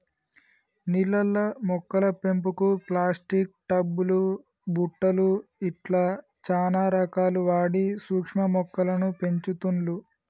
నీళ్లల్ల మొక్కల పెంపుకు ప్లాస్టిక్ టబ్ లు బుట్టలు ఇట్లా చానా రకాలు వాడి సూక్ష్మ మొక్కలను పెంచుతుండ్లు